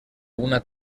una